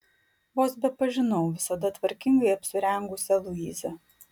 vos bepažinau visada tvarkingai apsirengusią luizą